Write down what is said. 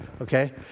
Okay